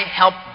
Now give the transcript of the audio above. help